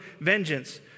vengeance